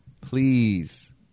please